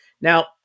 Now